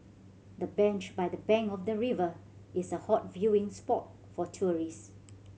the bench by the bank of the river is a hot viewing spot for tourist